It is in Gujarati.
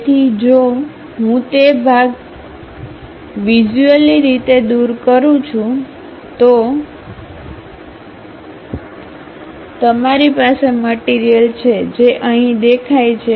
તેથી જો હું તે ભાગ વેચ્યુંઅલી રીતે દૂર કરું છું તો તમારી પાસે મટીરીયલ છે જે અહીં દેખાય છે